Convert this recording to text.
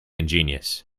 ingenious